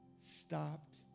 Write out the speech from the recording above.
stopped